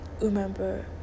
remember